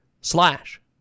slash